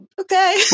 Okay